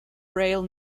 rail